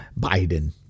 Biden